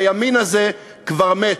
הימין הזה כבר מת.